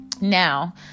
now